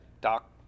Doc